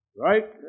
Right